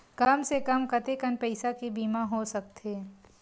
कम से कम कतेकन पईसा के बीमा हो सकथे?